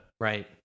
Right